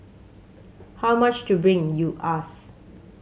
how much to bring you ask